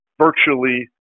virtually